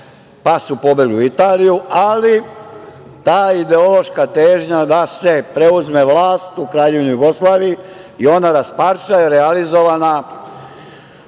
pa su pobegli u Italiju, ali ta ideološka težnja da se preuzme vlast u Kraljevini Jugoslaviji i ona rasparča je realizovana